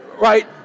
right